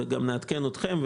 אנחנו כמובן גם נעדכן אתכם,